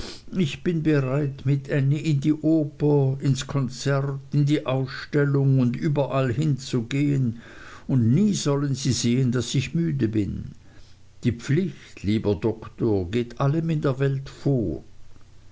ich bin bereit mit ännie in die oper ins konzert in die ausstellung und überall hin zu gehen und nie sollen sie sehen daß ich müde bin die pflicht lieber doktor geht allem in der welt vor